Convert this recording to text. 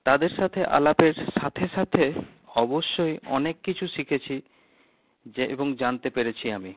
তাদের সাথে আলাপের সাথে সাথে অবশ্যই অনেক কিছু শিখেছি যে এবং জানতে পেরেছি আমি